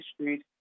Street